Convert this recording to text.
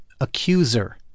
Accuser